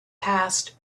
passed